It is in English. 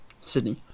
Sydney